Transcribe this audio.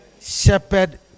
Shepherd